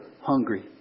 hungry